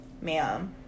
ma'am